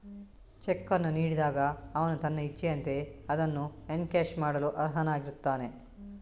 check ಅನ್ನು ನೀಡಿದಾಗ ಅವನು ತನ್ನ ಇಚ್ಛೆಯಂತೆ ಅದನ್ನು ಎನ್ಕ್ಯಾಶ್ ಮಾಡಲು ಅರ್ಹನಾಗಿರುತ್ತಾನೆ